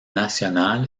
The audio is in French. national